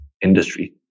industry